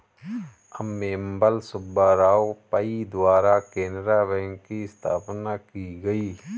अम्मेम्बल सुब्बा राव पई द्वारा केनरा बैंक की स्थापना की गयी